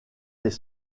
les